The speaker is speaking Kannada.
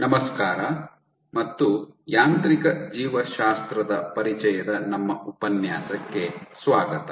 ನಮಸ್ಕಾರ ಮತ್ತು ಯಾಂತ್ರಿಕ ಜೀವಶಾಸ್ತ್ರದ ಪರಿಚಯದ ನಮ್ಮ ಉಪನ್ಯಾಸಕ್ಕೆ ಸ್ವಾಗತ